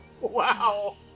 Wow